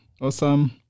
Awesome